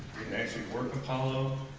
didn't actually work apollo.